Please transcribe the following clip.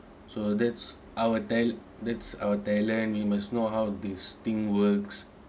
so that's I'll tell that's I'll tell lah you must know how this thing works